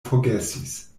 forgesis